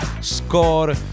Score